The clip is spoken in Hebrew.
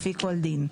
לפי כל דין.